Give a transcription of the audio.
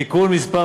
בתיקון מס'